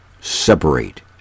separate